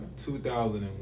2001